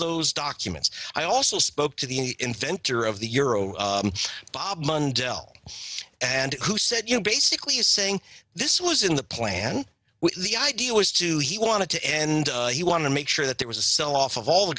those documents i also spoke to the inventor of the euro bob mondello and who said you know basically saying this was in the plan the idea was to he wanted to end he wanted to make sure that there was a sell off of all the